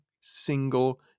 single